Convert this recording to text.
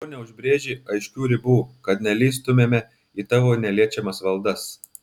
ko neužbrėži aiškių ribų kad nelįstumėme į tavo neliečiamas valdas